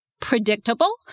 predictable